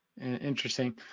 Interesting